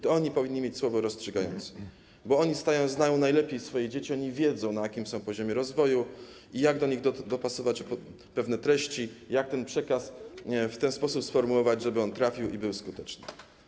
To oni powinni mieć słowo rozstrzygające, bo oni znają najlepiej swoje dzieci, oni wiedzą, na jakim są poziomie rozwoju, jak do nich dopasować pewne treści, jak ten przekaz sformułować, żeby trafił i był skuteczny.